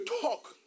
talk